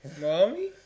Mommy